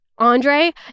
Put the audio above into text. Andre